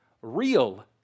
real